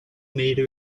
meter